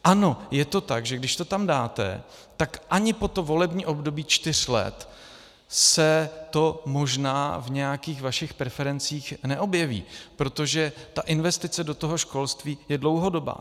Ano, je to tak, že když to tam dáte, tak ani po to volební období čtyř let se to možná v nějakých vašich preferencích neobjeví, protože investice do školství je dlouhodobá.